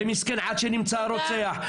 ומסכן עד שנמצא הרוצח.